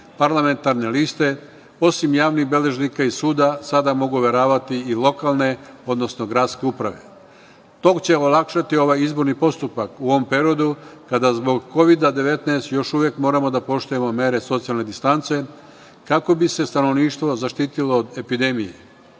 parlamentarne liste osim javnih beležnika i suda sada mogu overavati i lokalne, odnosno gradske uprave. To će olakšati ovaj izborni postupak u ovom periodu kada zbog Kovida-19 još uvek moramo da poštujemo mere socijalne distance kako bi se stanovništvo zaštitilo od epidemije